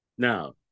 Now